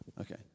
Okay